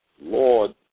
Lord